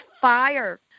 fire